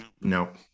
Nope